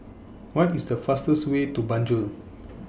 What IS The fastest Way to Banjul